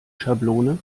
schablone